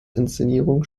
inszenierung